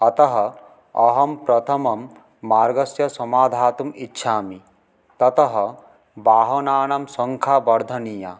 अतः अहं प्रथमं मार्गस्य समाधातुम् इच्छामि ततः वाहनानां संख्या वर्धनीया